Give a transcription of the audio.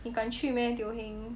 你敢去 meh teo heng